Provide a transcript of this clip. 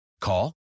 Call